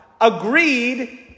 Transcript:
agreed